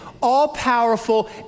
all-powerful